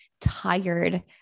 tired